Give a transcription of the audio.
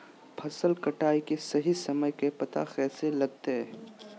फसल कटाई के सही समय के पता कैसे लगते?